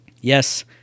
yes